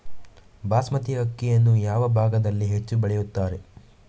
ಬಾಸ್ಮತಿ ಅಕ್ಕಿಯನ್ನು ಯಾವ ಭಾಗದಲ್ಲಿ ಹೆಚ್ಚು ಬೆಳೆಯುತ್ತಾರೆ?